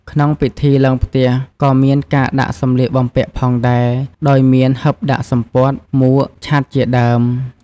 ក្នុងពិធីឡើងផ្ទះក៏មានការដាក់សម្លៀកបំពាក់ផងដែរ ដោយមាន ហិបដាក់សំពត់ មួក ឆ័ត្រជាដើម។